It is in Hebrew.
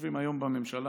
שיושבים היום בממשלה,